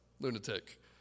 lunatic